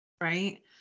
right